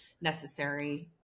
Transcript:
necessary